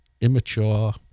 immature